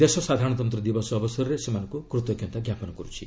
ଦେଶ ସାଧାରଣତନ୍ତ୍ର ଦିବସ ଅବସରରେ ସେମାନଙ୍କୁ କୃତଜ୍ଞତା ଜ୍ଞାପନ କରୁଛି